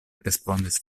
respondis